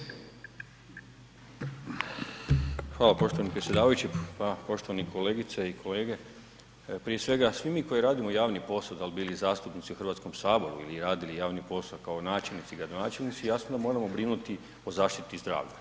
Hvala poštovani predsjedavajući, pa poštovani kolegice i kolege, prije svega svi mi koji radimo javni posao, dal bili zastupnici u HS ili radili javni posao kao načelnici i gradonačelnici jasno moramo brinuti o zaštiti zdravlja.